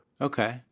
Okay